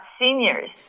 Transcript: seniors